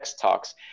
talks